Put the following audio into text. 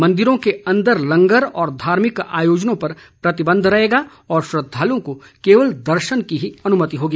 मन्दिरों के अन्दर लंगर और धार्मिक आयोजनों पर प्रतिबन्ध रहेगा और श्रद्वालुओं को केवल दर्शन की ही अनुमति होगी